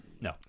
No